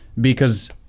because-